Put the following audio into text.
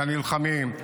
הנלחמים,